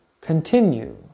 Continue